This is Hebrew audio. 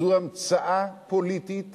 זו המצאה פוליטית